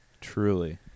truly